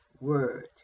word